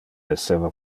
esseva